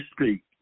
speak